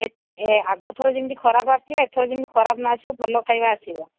ଏ ଆଗ ଥର ଯେମିତି ଖରାପ ଆସିଲେ ଏଥର ଯେମିତି ଖରାପ ନ ଆସିବ ଭଲ ଖାଇବା ଆସିବ